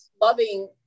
loving